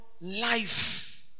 life